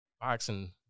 boxing